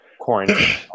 Quarantine